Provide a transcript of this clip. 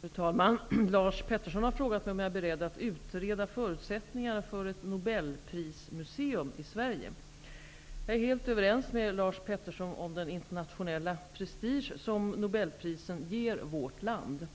Fru talman! Lars Petersson har frågat mig om jag är beredd att utreda förutsättningarna för ett nobelprismuseum i Sverige. Jag är helt överens med Lars Petersson om den internationella prestige som nobelprisen ger vårt land.